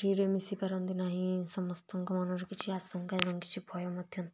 ଫ୍ରିରେ ମିଶି ପାରନ୍ତି ନାହିଁ ସମସ୍ତଙ୍କ ମନରେ କିଛି ଆଶଙ୍କା ଏବଂ କିଛି ଭୟ ମଧ୍ୟ ଥାଏ